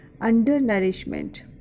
undernourishment